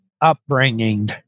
upbringing